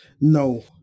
no